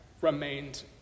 remained